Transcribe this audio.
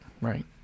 Right